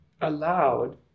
allowed